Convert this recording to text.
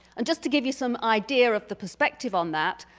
and just to give you some idea of the perspective on that.